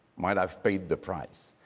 might have paid the price.